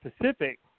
Pacific